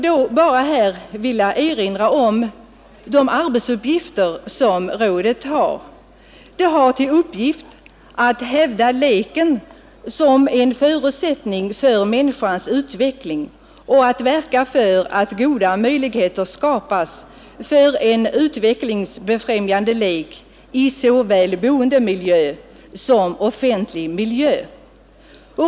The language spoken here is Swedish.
Därför vill jag erinra om dessa arbetsuppgifter. Rådet har till uppgift att hävda leken som en förutsättning för människans utveckling och att verka för att goda möjligheter skapas för en utvecklingsbefrämjande lek i såväl boendemiljö som offentlig miljö.